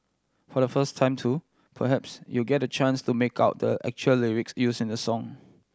for the first time too perhaps you'll get the chance to make out the actual lyrics used in the song